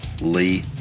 Lee